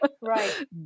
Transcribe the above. Right